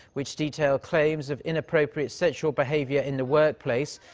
which detailed claims of inappropriate sexual behavior in the workplace.